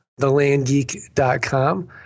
thelandgeek.com